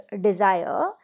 desire